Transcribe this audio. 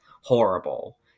horrible